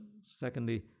secondly